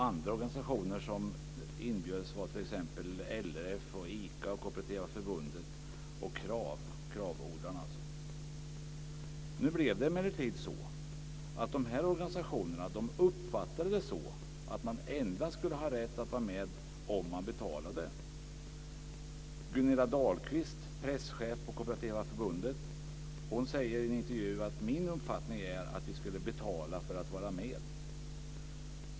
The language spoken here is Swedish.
Andra organisationer som inbjöds var LRF, ICA, Kooperativa Förbundet och Nu blev det emellertid så att dessa organisationer uppfattade det så att man endast skulle ha rätt att vara med om man betalade. Gunilla Dahlqvist, presschef på Kooperativa Förbundet, säger i en intervju så här: Min uppfattning är att vi skulle betala för att vara med.